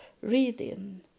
reading